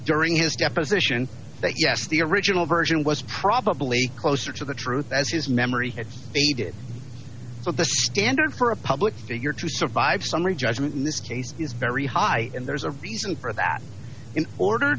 during his deposition that yes the original version was probably closer to the truth as his memory is a good standard for a public figure to survive summary judgment in this case is very high and there's a reason for that in order